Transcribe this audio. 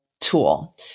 tool